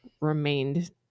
remained